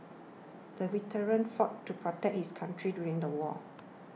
the veteran fought to protect his country during the war